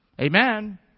Amen